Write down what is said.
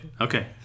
Okay